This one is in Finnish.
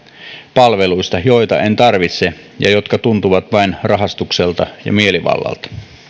palveluista joita en tarvitse ja jotka tuntuvat vain rahastukselta ja mielivallalta